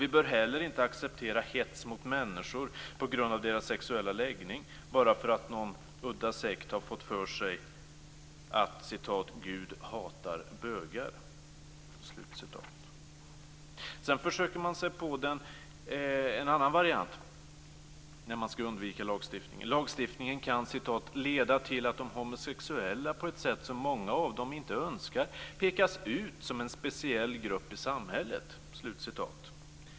Vi bör heller inte acceptera hets mot människor på grund av deras sexuella läggning bara därför att någon udda sekt har fått för sig att "Gud hatar bögar". Sedan har man försökt sig på en annan variant för att undvika lagstiftning. Lagstiftning kan "leda till att de homosexuella på ett sätt som många av dem inte önskar pekas ut som en speciell grupp i samhället".